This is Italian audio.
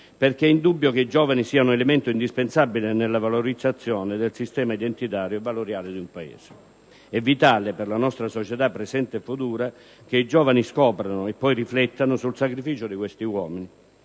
perché è indubbio che i giovani siano elemento indispensabile nella valorizzazione del sistema identitario e valoriale di un Paese. È vitale, per la nostra società presente e futura, che i giovani scoprano, e poi vi riflettano, il sacrificio di questi uomini.